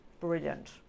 brilliant